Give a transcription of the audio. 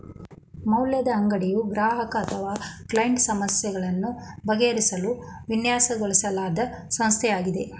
ಮೌಲ್ಯದ ಅಂಗಡಿಯು ಗ್ರಾಹಕ ಅಥವಾ ಕ್ಲೈಂಟ್ ಸಮಸ್ಯೆಗಳನ್ನು ಬಗೆಹರಿಸಲು ವಿನ್ಯಾಸಗೊಳಿಸಲಾದ ಸಂಸ್ಥೆಯಾಗಿದೆ